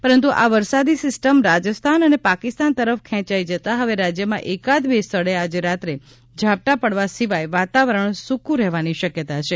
પરંતુ આ વરસાદી સીસ્ટમ રાજસ્થાન અને પાકિસ્તાન તરફ ખેંચાઈ જતાં હવે રાજયમાં એકાદ બે સ્થળે આજે રાત્રે ઝાપટાં પડવા સિવાય વાતાવરણ સૂકું રહેવાની શકયતા છે